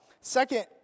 Second